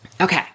Okay